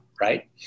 right